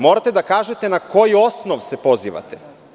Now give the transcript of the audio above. Morate da kažete na koji osnov se pozivate.